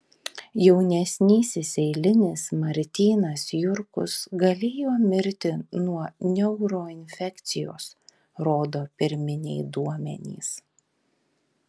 jaunesnysis eilinis martynas jurkus galėjo mirti nuo neuroinfekcijos rodo pirminiai duomenys